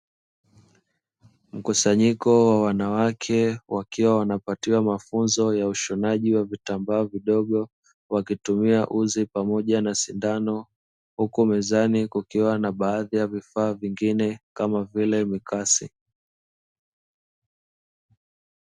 Mkusanyiko wa wanawake wakiwa wanapatiwa mafunzo ya ushonaji wa vitambaa vidogo, wakitumia uzi pamoja na sindano huku mezani kukiwa na baadhi ya vifaa vingine kama vile mikasi.